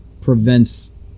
prevents